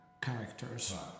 characters